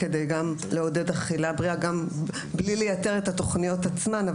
גם כדי לעודד אכילה בריאה בלי לייתר את התוכניות עצמן,